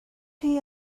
chi